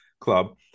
club